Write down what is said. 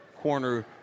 corner